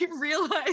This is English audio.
realized